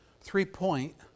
three-point